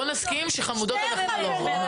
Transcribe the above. בואו נסכים שחמודות אנחנו לא.